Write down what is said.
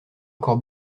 encore